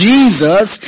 Jesus